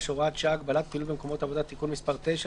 (הוראת שעה)(הגבלת פעילות במקומות עבודה)(תיקון מס' 9),